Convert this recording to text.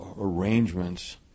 arrangements